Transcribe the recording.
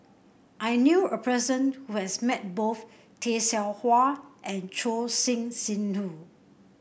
I knew a person who has met both Tay Seow Huah and Choor Singh Sidhu